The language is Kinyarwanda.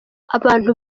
abantu